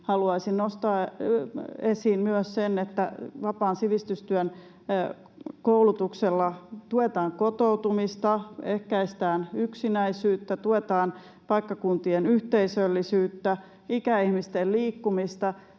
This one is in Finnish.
haluaisin nostaa esiin myös sen, että vapaan sivistystyön koulutuksella tuetaan kotoutumista, ehkäistään yksinäisyyttä, tuetaan paikkakuntien yhteisöllisyyttä, ikäihmisten liikkumista.